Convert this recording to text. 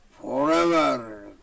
forever